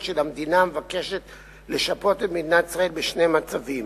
של המדינה המבקשת לשפות את מדינת ישראל בשני מצבים: